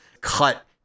cut